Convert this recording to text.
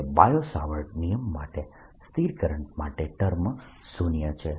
હાલ માટે Biot Savart નિયમ માટે સ્થિર કરંટ માટે આ ટર્મ શૂન્ય છે